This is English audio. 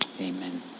Amen